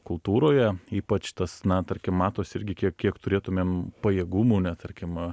kultūroje ypač tas na tarkim matos irgi kiek kiek turėtumėm pajėgumų ne tarkim